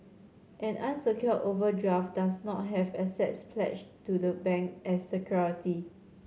an unsecured overdraft does not have assets pledged to the bank as security